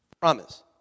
promise